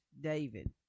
David